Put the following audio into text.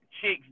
chicks